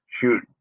shoot